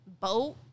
Boat